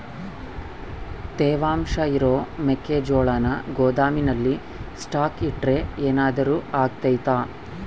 ತೇವಾಂಶ ಇರೋ ಮೆಕ್ಕೆಜೋಳನ ಗೋದಾಮಿನಲ್ಲಿ ಸ್ಟಾಕ್ ಇಟ್ರೆ ಏನಾದರೂ ಅಗ್ತೈತ?